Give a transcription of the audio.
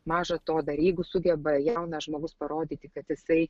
maža to dar jeigu sugeba jaunas žmogus parodyti kad jisai